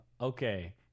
okay